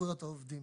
זכויות העובדים.